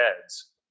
heads